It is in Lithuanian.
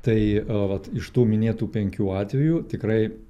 tai vat iš tų minėtų penkių atvejų tikrai